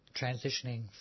transitioning